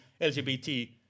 LGBT